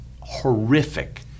horrific